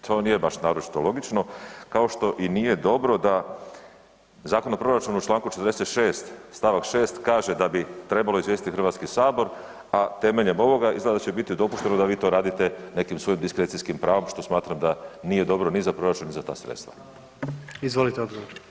To nije baš naročito logično kao što i nije dobro da Zakon o proračunu u čl. 46. stavak 6. da bi trebalo izvijestiti Hrvatski sabor a temeljem ovoga izgleda da će biti dopušteno da vi to radite nekim svojim diskrecijskim pravom što smatram da nije dobro ni za proračun ni za ta sredstva.